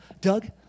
Doug